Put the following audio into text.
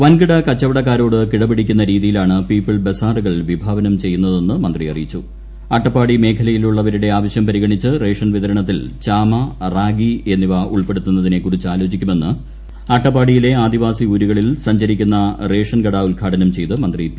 വൻകിട കച്ചവടക്കാരോട് കിടപിടിക്കുന്ന രീതിയിലാണ് പീപ്പിൾ ബസാറുകൾ വിഭാവനം ചെയ്യുന്നതെന്ന് മന്ത്രി അറിയിച്ചു അട്ടപ്പാടി മേഖലയിലുള്ളവരുടെ ആവശ്യം പരിഗണിച്ച് റേഷൻ വിതരണത്തിൽ ചാമ റാഗി എന്നിവ ഉൾപ്പെടുത്തുന്നതിനെ കുറിച്ച് ആലോചിക്കുമെന്ന് അട്ടപ്പാടിയിലെ ആദിവാസി ഊരുകളിൽ സഞ്ചരിക്കുന്ന റേഷൻ കട ഉദ്ഘാടനം ചെയ്ത് മന്ത്രി പി